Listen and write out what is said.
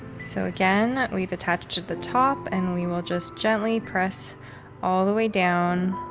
so again, we've attached at the top and we will just gently press all the way down.